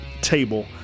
table